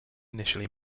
initially